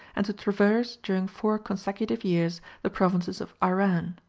and to traverse during four consecutive years the provinces of iran.